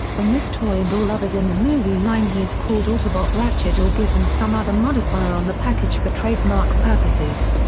on this toy and all others in the movie line he is called autobot ratchet or given some other modifier on the package for trademark purposes.